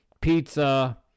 pizza